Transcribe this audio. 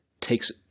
takes